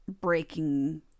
breaking